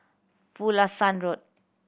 Pulasan Road